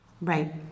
Right